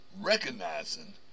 recognizing